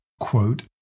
quote